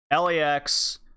LAX